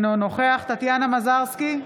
אינו נוכח טטיאנה מזרסקי,